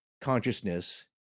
consciousness